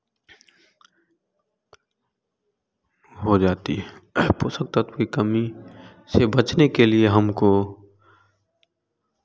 हो जाती है पोषक तत्व कि कमी से बचने के लिए हमको